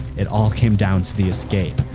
it all came down to the escape.